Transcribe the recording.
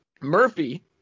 Murphy